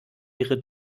ihre